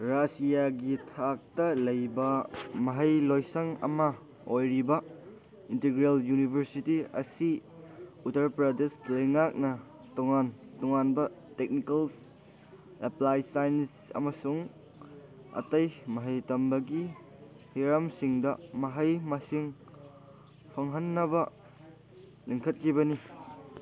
ꯔꯥꯖ꯭ꯌꯥꯒꯤ ꯊꯥꯛꯇ ꯂꯩꯕ ꯃꯍꯩꯂꯣꯏꯁꯪ ꯑꯃ ꯑꯣꯏꯔꯤꯕ ꯏꯟꯇ꯭ꯔꯤꯒꯦꯜ ꯌꯨꯅꯤꯕꯔꯁꯤꯇꯤ ꯑꯁꯤ ꯎꯠꯇꯔ ꯄ꯭ꯔꯗꯦꯁ ꯂꯩꯉꯥꯛꯅ ꯇꯣꯉꯥꯟ ꯇꯣꯉꯥꯟꯕ ꯇꯦꯛꯅꯤꯀꯦꯜ ꯑꯦꯄ꯭ꯂꯥꯏꯌꯦꯟꯁꯦꯁ ꯑꯃꯁꯨꯡ ꯑꯇꯩ ꯃꯍꯩ ꯇꯝꯕꯒꯤ ꯍꯤꯔꯝꯁꯤꯡꯗ ꯃꯍꯩ ꯃꯁꯤꯡ ꯐꯪꯍꯟꯅꯕ ꯂꯤꯡꯈꯠꯈꯤꯕꯅꯤ